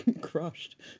crushed